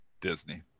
Disney